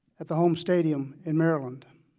at the home stadium in maryland.